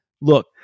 look